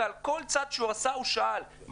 ואת השאר ישלם אותו משתתף מחיר סמלי של 40 שקל אנחנו